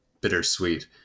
bittersweet